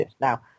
Now